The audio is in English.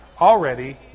already